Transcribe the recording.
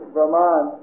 Brahman